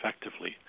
effectively